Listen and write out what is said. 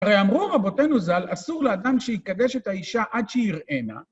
הרי אמרו רבותינו ז"ל, אסור לאדם שיקדש את האישה עד שיראנה.